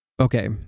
Okay